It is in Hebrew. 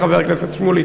חבר הכנסת שמולי,